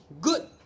Good